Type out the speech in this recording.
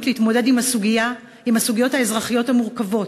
להתמודד עם הסוגיות האזרחיות המורכבות,